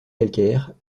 calcaires